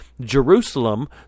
Jerusalem